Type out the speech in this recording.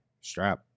strap